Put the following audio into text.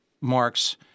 marks